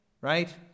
right